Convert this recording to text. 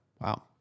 Wow